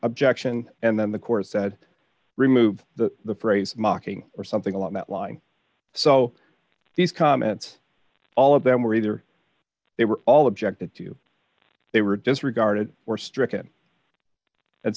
objection and then the court said remove the phrase mocking or something along that line so these comments all of them were either they were all objected to they were disregarded or stricken and